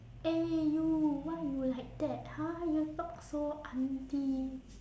eh you why you like that !huh! you talk so aunty